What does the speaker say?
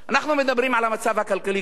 אנחנו מדברים על המצב הכלכלי, כבוד השר.